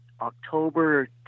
October